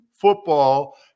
football